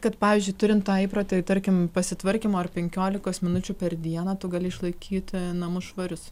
kad pavyzdžiui turint tą įprotį tarkim pasitvarkymo ar penkiolikos minučių per dieną tu gali išlaikyti namus švarius